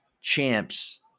Champs